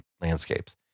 landscapes